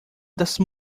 dessa